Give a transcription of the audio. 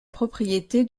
propriété